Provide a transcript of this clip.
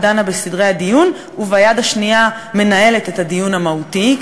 דנה בסדרי הדיון וביד השנייה מנהלת את הדיון המהותי,